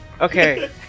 okay